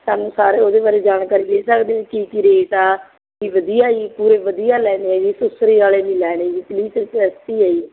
ਸਾਨੂੰ ਸਾਰੇ ਉਹਦੇ ਬਾਰੇ ਜਾਣਕਾਰੀ ਦੇ ਸਕਦੇ ਕੀ ਕੀ ਰੇਟ ਆ ਕੀ ਵਧੀਆ ਜੀ ਪੂਰੇ ਵਧੀਆ ਲੈਣੇ ਹੈ ਜੀ ਸੁਸਰੀ ਵਾਲੇ ਨਹੀਂ ਲੈਣੇ ਜੀ ਪਲੀਜ ਰਿਕੁਐਸਟ ਹੀ ਆ ਜੀ